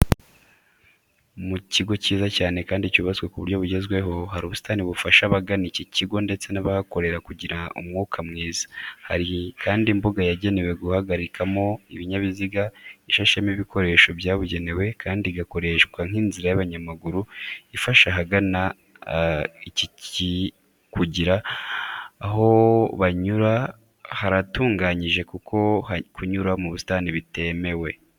Mu kigo kiza cyane kandi cyubatswe ku buryo bugezweho, hari ubusitani bufasha abagana iki kigo ndetse n'abahakorera kugira umwuka mwiza. Hari kandi imbuga yagenewe guhagarikamo ibinyabiziga ishashemo ibikoresho byabugenewe kandi igakoreshwa nk'inzira y'abanyamaguru ifasha abagana iki kugira, aho banyura haratunganyije kuko kunyura mu busitani bitemewe.